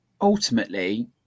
Ultimately